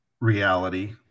reality